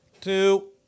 two